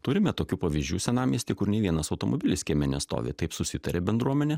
turime tokių pavyzdžių senamiestyje kur nei vienas automobilis kieme nestovi taip susitarė bendruomenė